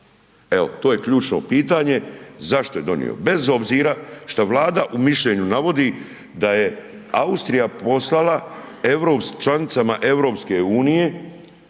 Evo, to je ključno pitanje. Zašto je donio? Bez obzira šta Vlada u mišljenju navodi da je Austrija poslala članicama EU svoju